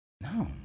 No